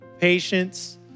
Patience